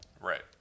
Right